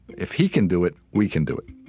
if he can do it, we can do it